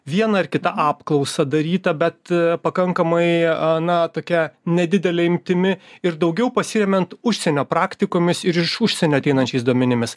viena ar kita apklausa daryta bet pakankamai a na tokia nedidele imtimi ir daugiau pasiremiant užsienio praktikomis ir iš užsienio ateinančiais duomenimis